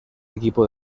equipo